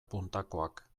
puntakoak